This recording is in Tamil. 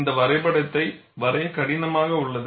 இந்த வரைபடத்தை வரைய கடினமாக உள்ளது